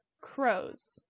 crows